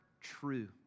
true